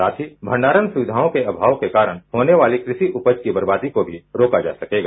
साथ ही भंडारण सुविधाओं के अमाव के कारण होने वाली किसी उपज की बर्बादी को भी रोका जा सकेगा